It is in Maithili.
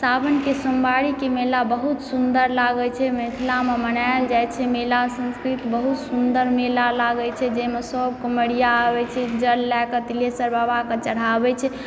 सावन के सोमवारी के मेला बहुत सुन्दर लागै छै मिथिलामे मनायल जाइ छै मेला संस्कृत बहुत सुन्दर मेला लागै छै जाहिमे सब काँवरिया आबै छै जल लए कऽ तिल्हेश्वर बाबा के चढ़ाबै छै